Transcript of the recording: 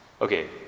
Okay